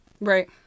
Right